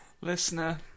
Listener